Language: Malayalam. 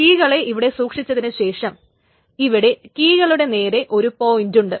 കീകളെ ഇവിടെ സൂക്ഷിച്ചതിനു ശേഷം ഇവിടെ കീകളുടെ നേരെ ഒരു പോയിന്റ് ഉണ്ട്